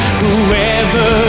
whoever